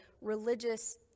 religious